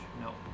No